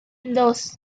dos